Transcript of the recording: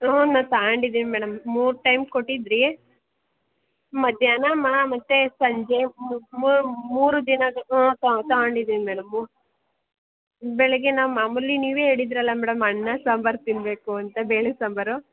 ಹ್ಞೂ ನಾನು ತಾಂಡಿದ್ದೀನಿ ಮೇಡಮ್ ಮೂರು ಟೈಮ್ ಕೊಟ್ಟಿದ್ದಿರಿ ಮಧ್ಯಾಹ್ನ ಮತ್ತು ಸಂಜೆ ಮೂರು ದಿನ ಹಾಂ ತಾಂಡಿದ್ದೀನಿ ಮೇಡಮು ಬೆಳಿಗ್ಗೆ ನಾವು ಮಾಮೂಲಿ ನೀವೇ ಹೇಳಿದರಲ್ಲ ಮೇಡಮ್ ಅನ್ನ ಸಾಂಬಾರ್ ತಿನ್ನಬೇಕು ಅಂತ ಬೇಳೆ ಸಾಂಬಾರು